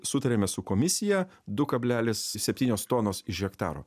sutarėme su komisija du kablelis septynios tonos iš hektaro